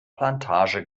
plantage